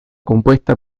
compuesta